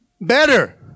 better